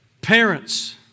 parents